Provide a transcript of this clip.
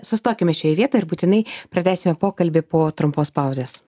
sustokime šioj vietoj ir būtinai pratęsime pokalbį po trumpos pauzės